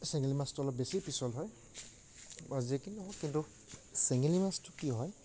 চেঙেলী মাছটো অলপ বেছি পিছল হয় বাৰু যিকি নহওক কিন্তু চেঙেলী মাছটো কি হয়